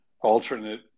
alternate